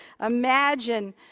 Imagine